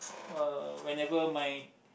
uh whenever my